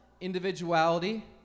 individuality